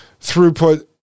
throughput